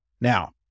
Now